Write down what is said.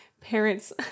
parents